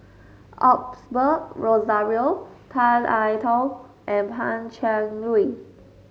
Osbert Rozario Tan I Tong and Pan Cheng Lui